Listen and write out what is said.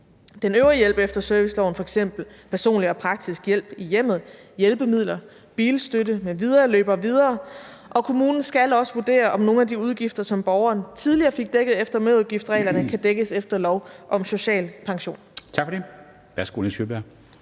Den øvrige hjælp efter serviceloven, f.eks. personlig og praktisk hjælp i hjemmet, hjælpemidler, bilstøtte m.v., løber videre, og kommunen skal også vurdere, om nogle af de udgifter, som borgeren tidligere fik dækket efter merudgiftsreglerne, kan dækkes efter lov om social pension.